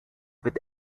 with